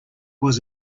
was